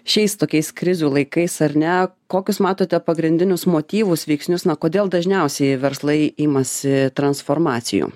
šiais tokiais krizių laikais ar ne kokius matote pagrindinius motyvus veiksnius na kodėl dažniausiai verslai imasi transformacijų